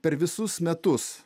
per visus metus